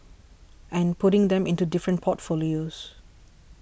and putting them into different portfolios